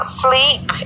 sleep